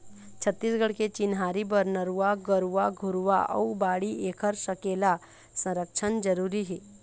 छत्तीसगढ़ के चिन्हारी बर नरूवा, गरूवा, घुरूवा अउ बाड़ी ऐखर सकेला, संरक्छन जरुरी हे